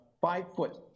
five-foot